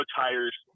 tires